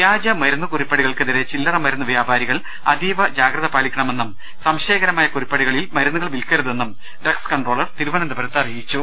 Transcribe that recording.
വൃാജ മരുന്നു കുറിപ്പടികൾക്കെതിരെ ചില്ലറ മരുന്നു വൃാപാരി കൾ അതീവ ജാഗ്രത പാലിക്കണമെന്നും സംശയകരമായ കുറിപ്പടികളിൽ മരുന്നുകൾ വിൽക്കരുതെന്നും ഡ്രഗ്സ് കൺട്രോളർ തിരുവനന്തപുരത്ത് അറിയിച്ചു